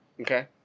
Okay